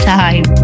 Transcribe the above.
time